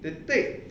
the big